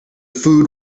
food